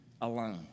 alone